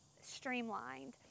streamlined